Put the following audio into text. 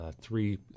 three